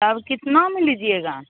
अब कितने में लीजिएगा